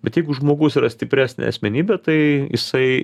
bet jeigu žmogus yra stipresnė asmenybė tai jisai